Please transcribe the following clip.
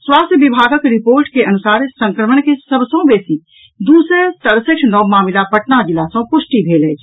स्वास्थ्य विभागक रिपोर्ट के अनुसार संक्रमण के सभ सॅ बेसी दू सय सड़सठि नव मामिला पटना जिला सॅ पुष्टि भेल अछि